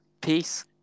Peace